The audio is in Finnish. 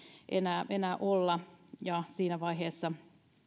enää olla siinä vaiheessa